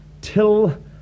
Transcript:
till